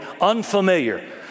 unfamiliar